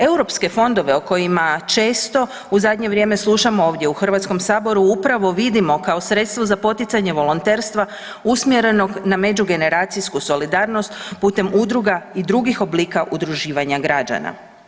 Europske fondove o kojima često u zadnje vrijeme slušamo ovdje u HS upravo vidimo kao sredstvo za poticanje volonterstva usmjerenog na međugeneracijsku solidarnost putem udruga i drugih oblika udruživanja građana.